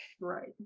Right